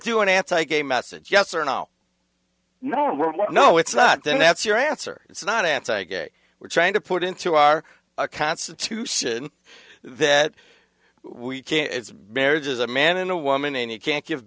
do an anti gay message yes or no no no no it's not then that's your answer it's not anti gay we're trying to put into our constitution that we can marriage is a man and a woman and you can't give